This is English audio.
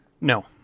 No